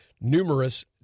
Numerous